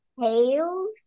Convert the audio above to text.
tails